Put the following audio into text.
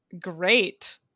great